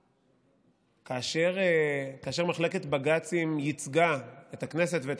כאשר מחלקת בג"צים ייצגה את הכנסת ואת